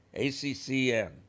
ACCN